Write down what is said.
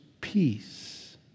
peace